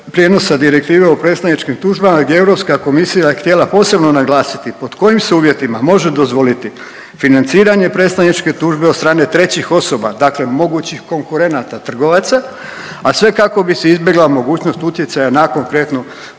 prijenosa direktive u predstavničkim tužbama gdje je Europska komisija htjela posebno naglasiti pod kojim se uvjetima može dozvoliti financiranje predstavničke tužbe od stranih trećih osoba, dakle mogućih konkurenata trgovaca, a sve kako bi se izbjegla mogućnost utjecaja na konkretnu